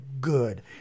good